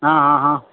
હા હા હા